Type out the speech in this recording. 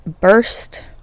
burst